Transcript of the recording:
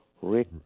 Rick